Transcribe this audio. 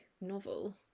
novel